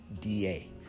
DA